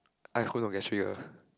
I hope not gastric ah